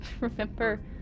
remember